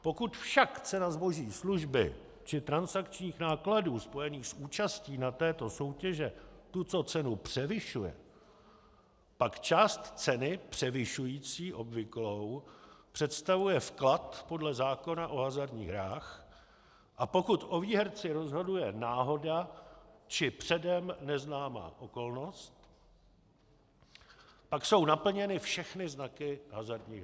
Pokud však cena zboží, služby či transakčních nákladů spojených s účastí na této soutěži tuto cenu převyšuje, pak část ceny převyšující obvyklou představuje vklad podle zákona o hazardních hrách, a pokud o výherci rozhoduje náhoda či předem neznámá okolnost, pak jsou naplněny všechny znaky hazardních her.